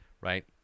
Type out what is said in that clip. right